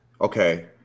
Okay